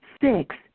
six